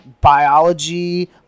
biology